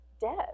dead